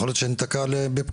יכול להיות שאחר כך ניתקע בפקק.